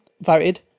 voted